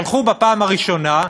שלחו בפעם הראשונה,